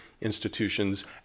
institutions